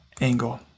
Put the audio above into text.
angle